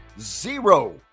zero